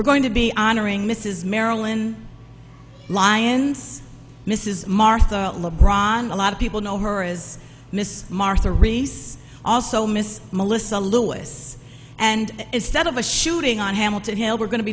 we're going to be honoring mrs marilyn lyons mrs martha a lot of people know her as miss martha reeves also miss melissa lewis and instead of a shooting on hamilton hill we're going to